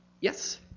Yes